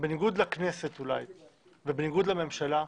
לכנסת אולי ובניגוד לממשלה,